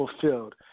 fulfilled